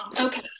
Okay